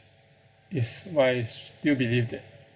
is why I still believe that